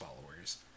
followers